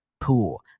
pool